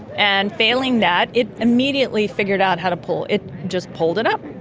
and failing that it immediately figured out how to pull, it just pulled it up,